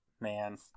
man